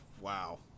Wow